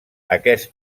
aquest